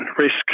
risk